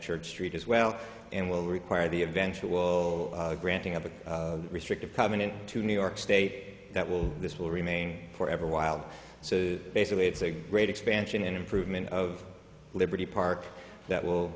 church street as well and will require the eventual granting of a restrictive covenant to new york state that will this will remain forever while so basically it's a great expansion improvement of liberty park that will